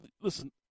Listen